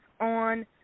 on